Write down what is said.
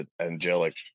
angelic